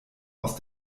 aus